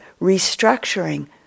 restructuring